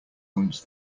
owns